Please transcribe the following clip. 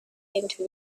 into